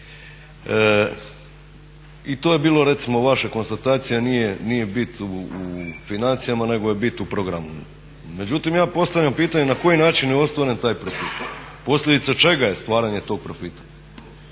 i to je bilo recimo vaša konstatacija nije bit u financijama nego je bit u programima. Međutim, ja postavljam pitanje na koji način je ostvaren taj profit? Posljedica čega je stvaranje tog profita?